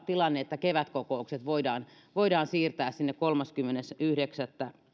tilanne että kevätkokoukset voidaan voidaan siirtää sinne kolmaskymmenes yhdeksättä